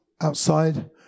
outside